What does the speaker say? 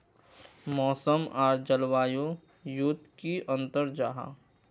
मौसम आर जलवायु युत की अंतर जाहा?